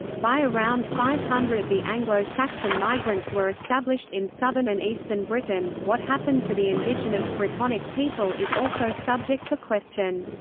by around five hundred the anglo-saxon migrants were established in southern and eastern britain what happened to the indigenous brittonic people is also subject to question.